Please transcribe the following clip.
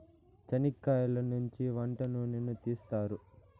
చనిక్కయలనుంచి వంట నూనెను తీస్తారు